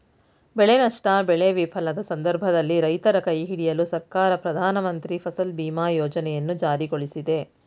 ಬೆಳೆ ನಷ್ಟ ಬೆಳೆ ವಿಫಲದ ಸಂದರ್ಭದಲ್ಲಿ ರೈತರ ಕೈಹಿಡಿಯಲು ಸರ್ಕಾರ ಪ್ರಧಾನಮಂತ್ರಿ ಫಸಲ್ ಬಿಮಾ ಯೋಜನೆಯನ್ನು ಜಾರಿಗೊಳಿಸಿದೆ